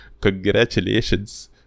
congratulations